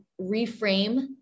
reframe